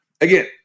Again